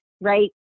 right